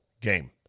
game